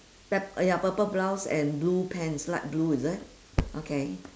pa~ ya purple blouse and blue pants light blue is it okay